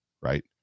right